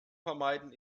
vermeiden